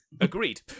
Agreed